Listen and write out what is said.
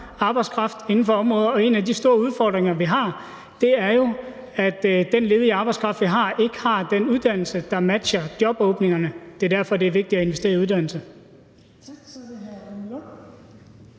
arbejdskraft inden for flere områder, og en af de store udfordringer, vi har, er jo, at den ledige arbejdskraft, vi har, ikke har den uddannelse, der matcher jobåbningerne. Det er derfor, at det er vigtigt at investere i uddannelse.